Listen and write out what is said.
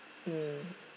mm